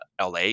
LA